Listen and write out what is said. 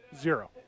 Zero